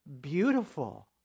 beautiful